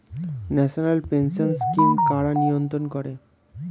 National pension scheme কারা নিয়ন্ত্রণ করে?